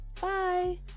Bye